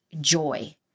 joy